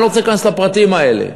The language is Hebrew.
אני לא רוצה להיכנס לפרטים האלה.